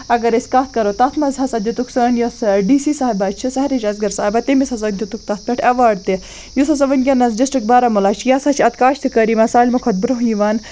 اگر أسۍ کَتھ کَرو تَتھ منٛز ہَسا دیُتُکھ سٲنۍ یُس ڈی سی صاحبہ چھِ سہرِش اسگَر صاحبہ تٔمِس ہَسا دیُتُکھ تَتھ پٮ۪ٹھ اٮ۪واڈ تہِ یُس ہَسا وٕنۍکٮ۪نَس ڈِسٹِرٛک بارہموٗلا چھِ یہِ ہَسا چھِ اَتھ کاشتٕکٲری منٛز سالمہِ کھۄتہٕ بروںٛہہ یِوان